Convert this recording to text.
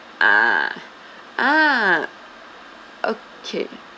ah ah okay